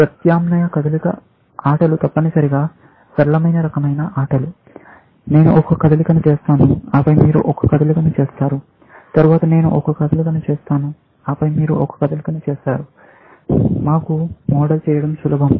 ప్రత్యామ్నాయ కదలిక ఆటలు తప్పనిసరిగా సరళమైన రకమైన ఆటలు నేను ఒక కదలికను చేస్తాను ఆపై మీరు ఒక కదలికను చేస్తారు తర్వాత నేను ఒక కదలికను చేస్తాను ఆపై మీరు ఒక కదలికను చేస్తారు మాకు మోడల్ చేయడం సులభం